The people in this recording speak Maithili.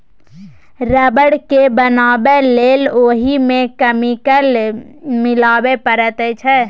रब्बर केँ बनाबै लेल ओहि मे केमिकल मिलाबे परैत छै